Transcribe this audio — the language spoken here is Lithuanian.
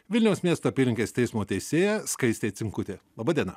vilniaus miesto apylinkės teismo teisėja skaistė cinkutė laba diena